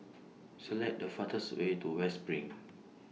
Select The fastest Way to West SPRING